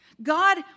God